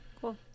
Cool